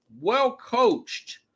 well-coached